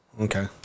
Okay